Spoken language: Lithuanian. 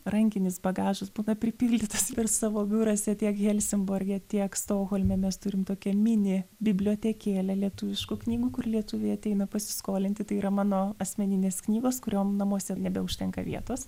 rankinis bagažas būna pripildytas ir savo biuruose tiek helsimborge tiek stokholme mes turim tokią mini bibliotekėlę lietuviškų knygų kur lietuviai ateina pasiskolinti tai yra mano asmeninės knygos kuriom namuose nebeužtenka vietos